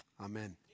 Amen